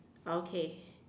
okay